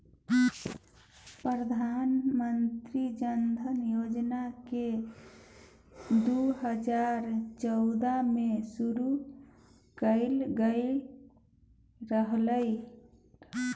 प्रधानमंत्री जनधन योजना केँ दु हजार चौदह मे शुरु कएल गेल रहय